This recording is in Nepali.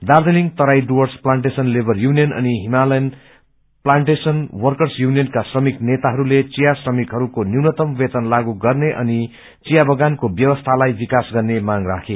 दार्जीलिङ तराई डुर्वस प्लान्टेशन लेवर युनियन अनि हिमालयन प्लान्टेशन वर्कस युनियनका श्रमिक सनेताहरूले चिया श्रमिकहरूको न्यूनतम वेतन लागू गर्ने अनि चिया बगानको व्यवसीलाई विकास गर्ने मांग राखे